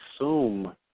assume